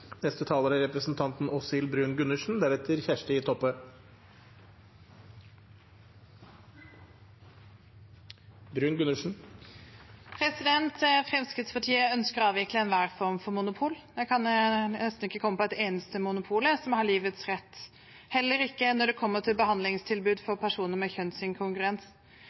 Fremskrittspartiet ønsker å avvikle enhver form for monopol. Jeg kan nesten ikke komme på et eneste monopol som har livets rett – heller ikke når det kommer til behandlingstilbud for personer med